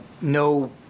no